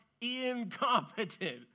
incompetent